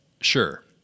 Sure